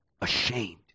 ashamed